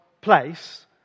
place